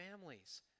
Families